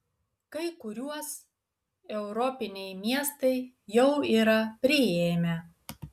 kai kuriuos europiniai miestai jau yra priėmę